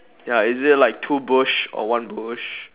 ya is it like two bush or one bush